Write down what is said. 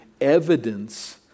evidence